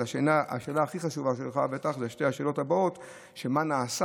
השאלות הכי חשובות שלך בעצם הן שתי השאלות הבאות: מה נעשה